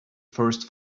first